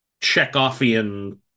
Chekhovian